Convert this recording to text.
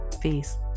Peace